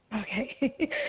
Okay